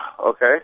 Okay